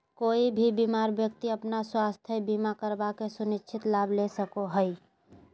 कोय भी बीमार व्यक्ति अपन स्वास्थ्य बीमा करवा के सुनिश्चित लाभ ले सको हय